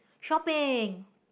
shopping